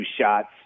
shots